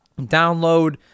download